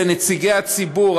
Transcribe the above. לנציגי הציבור,